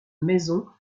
maison